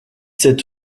sept